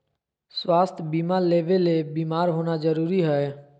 स्वास्थ्य बीमा लेबे ले बीमार होना जरूरी हय?